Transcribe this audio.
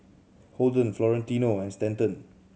Holden Florentino and Stanton